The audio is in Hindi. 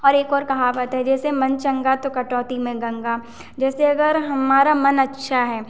और एक और कहावत है जैसे मन चंगा तो कटौती में गंगा जैसे अगर हमारा मन अच्छा है